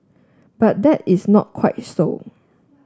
but that is not quite so